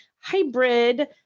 hybrid